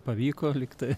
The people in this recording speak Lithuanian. pavyko lyg tai